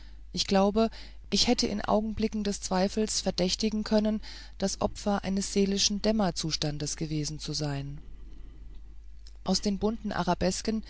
ich glaube ich hätte mich in augenblicken des zweifels verdächtigen können das opfer eines seelischen dämmerzustandes gewesen zu sein aus den bunten